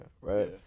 right